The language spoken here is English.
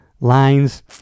lines